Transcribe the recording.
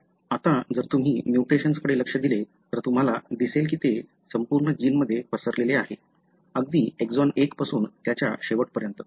आता जर तुम्ही म्युटेशन्स कडे लक्ष दिले तर तुम्हाला दिसेल की ते संपूर्ण जीनमध्ये पसरलेले आहे अगदी एक्सॉन 1 पासून त्याच्या शेवटपर्यंत